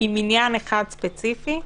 עם עניין אחד ספציפי,